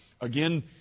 Again